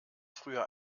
früher